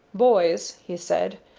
boys, he said,